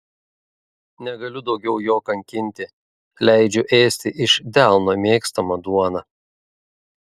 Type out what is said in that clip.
negaliu daugiau jo kankinti leidžiu ėsti iš delno mėgstamą duoną